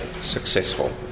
successful